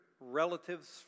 relatives